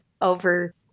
over